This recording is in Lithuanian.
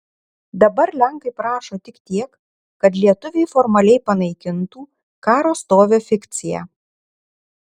dabar lenkai prašo tik tiek kad lietuviai formaliai panaikintų karo stovio fikciją